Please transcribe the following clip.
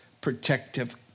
protective